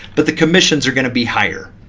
but the commissions are going to be higher.